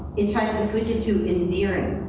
it tries to switch it to endearing,